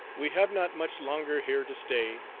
we have not much longer here to stay,